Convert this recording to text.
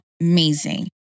amazing